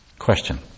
Question